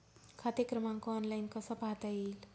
खाते क्रमांक ऑनलाइन कसा पाहता येईल?